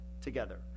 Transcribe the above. together